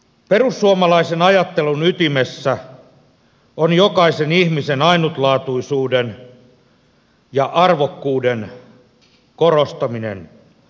perussuomalaisen ajattelun ytimessä on jokaisen ihmisen ainutlaatuisuuden ja arvokkuuden korostaminen